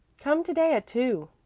come to-day at two,